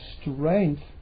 strength